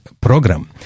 program